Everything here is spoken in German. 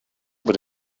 über